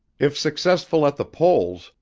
if successful at the polls,